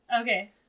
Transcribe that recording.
Okay